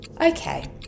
Okay